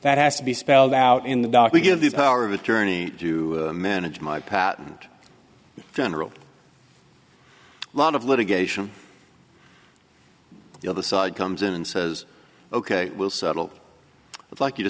that has to be spelled out in the dock we give this power of attorney to manage my patent general a lot of litigation the other side comes in and says ok we'll settle with like you to